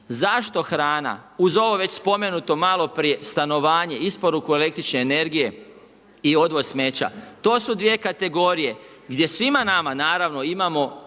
Zašto hrana uz ovo već spomenuto maloprije, stanovanje, isporuku električne energije i odvoz smeća. To su dvije kategorije gdje svima nama, naravno imamo